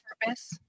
purpose